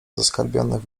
zaskarbionych